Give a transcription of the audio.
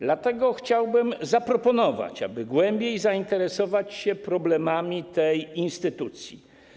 Dlatego chciałbym zaproponować, aby głębiej zainteresować się problemami tej instytucji.